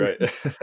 right